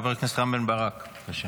חבר הכנסת רם בן ברק, בבקשה.